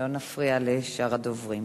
נפריע לשאר הדוברים.